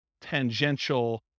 tangential